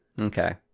okay